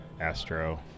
Astro